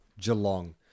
Geelong